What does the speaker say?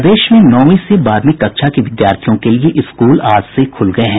प्रदेश में नौवीं से बारहवीं कक्षा के विद्यार्थियों के लिए स्कूल आज से खूल गये हैं